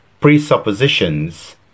Presuppositions